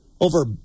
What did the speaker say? over